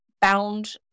bound